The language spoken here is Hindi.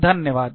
धन्यवाद